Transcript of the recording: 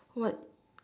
what